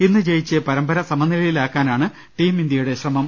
ഇന്ന് ജയിച്ച് പരമ്പര സമനിലയിലാക്കാനാണ് ടീം ഇന്ത്യയുടെ ശ്രമം